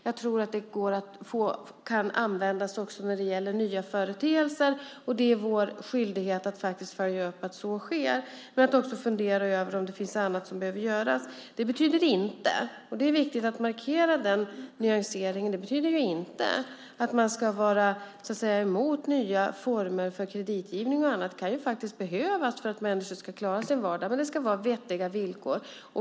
Jag tror att det kan användas också när det gäller nya företeelser. Det är vår skyldighet att följa upp att så sker. Men vi måste också fundera över om det finns annat som behöver göras. Det betyder inte - och det är viktigt att markera den nyanseringen - att man ska vara emot nya former för kreditgivning och annat. Det kan faktiskt behövas för att människor ska klara sin vardag, men det ska vara vettiga villkor.